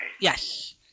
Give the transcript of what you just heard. Yes